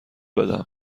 بدم